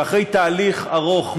ואחרי תהליך ארוך,